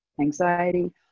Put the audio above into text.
anxiety